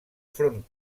front